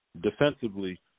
defensively